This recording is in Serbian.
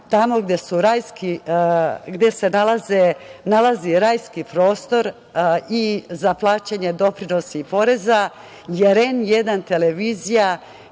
tamo gde se nalazi rajski prostor za plaćanje doprinosa i poreza, jer N1 televizija,